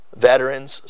Veterans